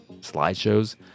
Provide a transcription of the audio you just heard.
slideshows